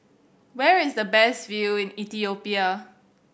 where is the best view Ethiopia